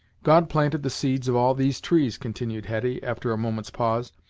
god planted the seeds of all these trees, continued hetty, after a moment's pause,